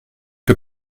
que